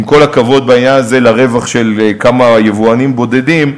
עם כל הכבוד לעניין הזה של רווח לכמה יבואנים בודדים,